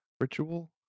ritual